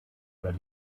were